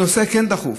הנושא כן דחוף,